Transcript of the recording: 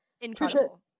Incredible